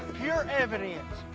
pure evidence.